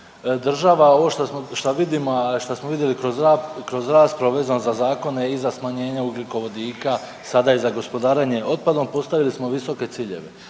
vidimo, a šta smo vidjeli kroz raspravu vezano za zakone i za smanjenje ugljikovodika, sada i za gospodarenjem otpadom postavili smo visoke ciljeve,